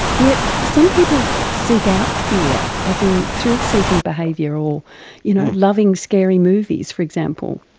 yet some people seek out fear, as in thrillseeking behaviour or you know loving scary movies, for example.